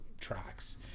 tracks